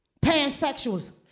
Pansexuals